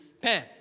Pan